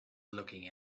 looking